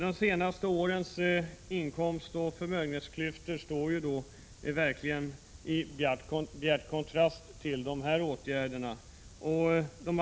De senaste årens inkomstoch förmögenhetsklyftor står verkligen i bjärt kontrast till de här åtgärderna.